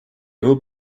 will